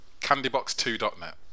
Candybox2.net